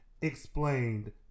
explained